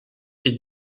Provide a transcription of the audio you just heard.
est